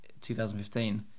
2015